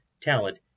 talent